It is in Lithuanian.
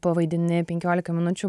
pavaidini penkiolika minučių